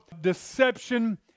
deception